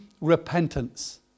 repentance